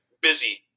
busy